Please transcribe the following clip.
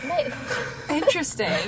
interesting